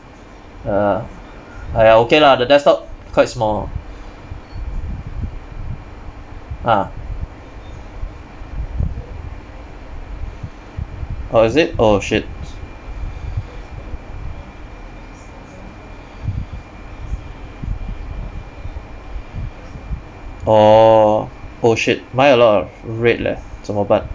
ah !aiya! okay lah the desktop quite small ah oh is it oh shit orh oh shit mine a lot of red leh 怎么办